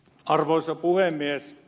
arvoisa puhemies